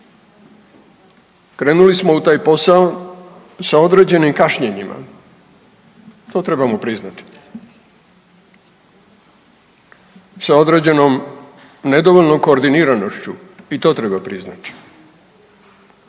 Krenuli smo u taj posao sa određenim kašnjenjima, to trebamo priznati, sa određenom nedovoljnom koordiniranošću i to treba priznati